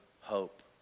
hope